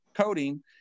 coding